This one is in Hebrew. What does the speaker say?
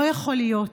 לא יכול להיות